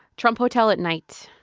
trump hotel at night.